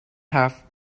have